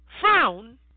frown